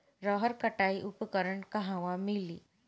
रहर कटाई उपकरण कहवा मिली?